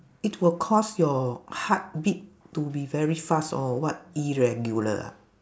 it will cause your heartbeat to be very fast or what irregular ah